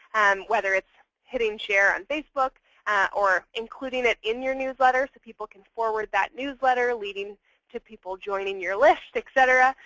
whether it's hitting share on facebook or including it in your newsletter so people can forward that newsletter leading to people joining your list etc,